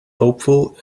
hopeful